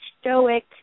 stoic